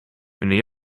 meneer